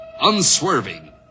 unswerving